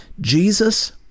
jesus